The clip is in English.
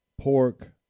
pork